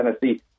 Tennessee